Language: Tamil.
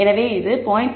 எனவே இது "0